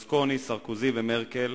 של ראש ממשלת איטליה, ברלוסקוני, סרקוזי ומרקל.